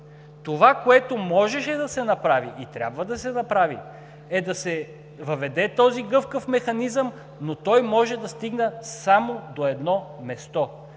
Това, което можеше да се направи и трябва да се направи, е да се въведе този гъвкав механизъм, но той може да стигне само до едно място